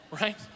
Right